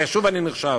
ושוב אני נכשל,